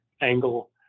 angle